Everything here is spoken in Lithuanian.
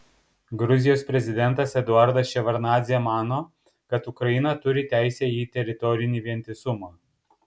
gruzijos prezidentas eduardas ševardnadzė mano kad ukraina turi teisę į teritorinį vientisumą